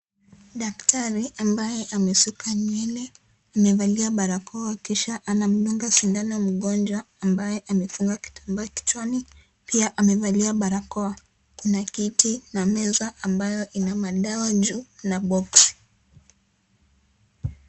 Daktari ambaye amesuka nywele amevalia barakoa kisha anamdunga sindano mgonjwa ambaye amefunga kitamba kichwani pia amevalia barakoa, kuna kiti na meza ambayo ina madawa juu na boksi.